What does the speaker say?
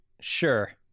Sure